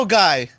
guy